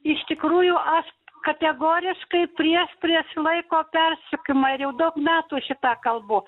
iš tikrųjų aš kategoriškai prieš prieš laiko persukimą ir jau daug metų šitą kalbu